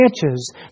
branches